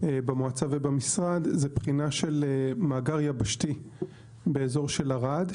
במועצה ובמשרד זו בחינה של מאגר יבשתי באזור של ערד,